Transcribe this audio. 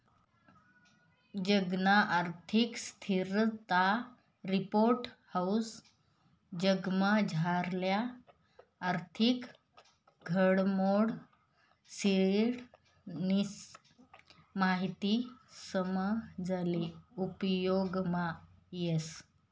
जगना आर्थिक स्थिरता रिपोर्ट हाऊ जगमझारल्या आर्थिक घडामोडीसनी माहिती समजाले उपेगमा येस